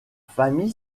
famille